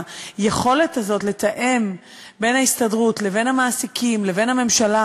היכולת הזאת לתאם בין ההסתדרות לבין המעסיקים לבין הממשלה